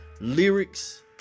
Lyrics